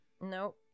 No